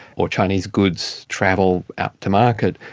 or chinese goods travel out to market.